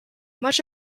much